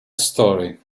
story